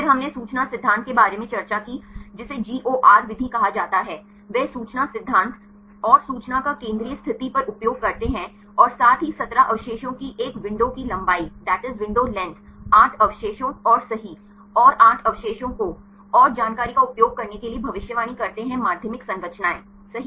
फिर हमने सूचना सिद्धांत के बारे में चर्चा की जिसे GOR विधि कहा जाता है वे सूचना सिद्धांत और सूचना का केंद्रीय स्थिति पर उपयोग करते हैं और साथ ही 17 अवशेषों की एक विंडो की लंबाई 8 अवशेषों और सही ओर 8 अवशेषों को और जानकारी का उपयोग करने के लिए भविष्यवाणी करते हैं माध्यमिक संरचनाएं सही